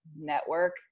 network